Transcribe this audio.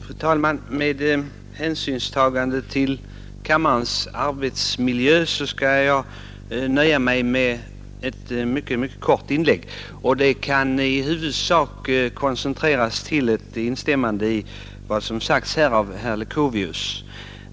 Fru talman! Med hänsyn till kammarens arbetsmiljö skall jag nöja mig med ett mycket kort inlägg. Det kan i huvudsak koncentreras till ett instämmande i vad som sagts här av herr Leuchovius.